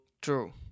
True